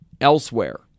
elsewhere